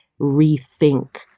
rethink